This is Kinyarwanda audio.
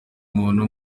umuntu